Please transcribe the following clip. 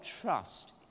trust